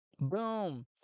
Boom